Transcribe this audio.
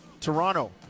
Toronto